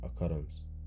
occurrence